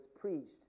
preached